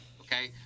okay